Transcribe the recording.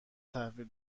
تحویل